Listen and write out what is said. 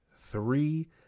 three